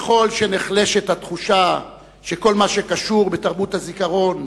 ככל שנחלשת התחושה שכל מה שקשור בתרבות הזיכרון